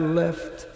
left